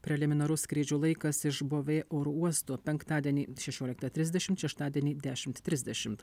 preliminarus skrydžių laikas iš bovė oro uosto penktadienį šešioliktą trisdešimt šeštadienį dešimt trisdešimt